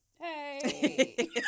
Hey